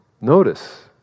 notice